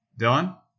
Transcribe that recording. Dylan